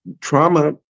trauma